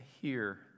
hear